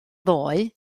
ddoe